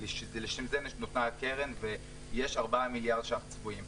כי לשם זה נוסדה הקרן ויש 4 מיליארד שקלים צבועים.